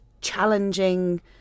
challenging